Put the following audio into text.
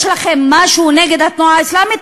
יש לכם משהו נגד התנועה האסלאמית?